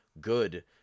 Good